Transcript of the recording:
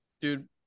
dude